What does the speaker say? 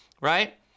right